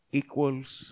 equals